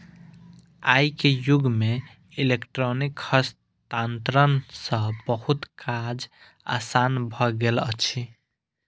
आई के युग में इलेक्ट्रॉनिक हस्तांतरण सॅ बहुत काज आसान भ गेल अछि